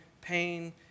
pain